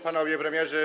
Panowie Premierzy!